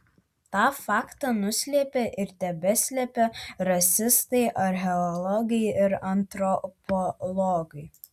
tą faktą nuslėpę ir tebeslepią rasistai archeologai ir antropologai